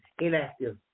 inactive